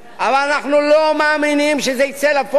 אבל אנחנו לא מאמינים שזה יצא לפועל,